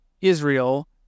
Israel